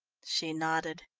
she nodded.